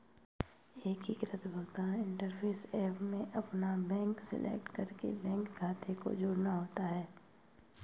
एकीकृत भुगतान interface app में अपना बैंक सेलेक्ट करके बैंक खाते को जोड़ना होता है